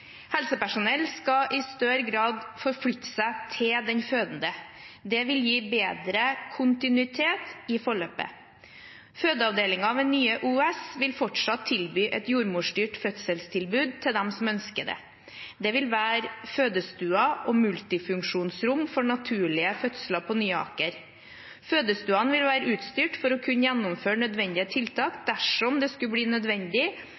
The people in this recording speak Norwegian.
Helsepersonell skal i større grad forflytte seg til den fødende. Det vil gi bedre kontinuitet i forløpet. Fødeavdelingen ved Nye OUS vil fortsatt tilby et jordmorstyrt fødselstilbud til dem som ønsker det. Det vil være fødestuer og multifunksjonsrom for naturlige fødsler på Nye Aker. Fødestuene vil være utstyrt for å kunne gjennomføre nødvendige tiltak dersom det skulle bli nødvendig